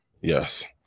Yes